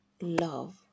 love